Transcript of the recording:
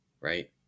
right